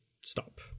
stop